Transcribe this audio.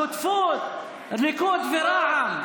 שותפות ליכוד ורע"מ.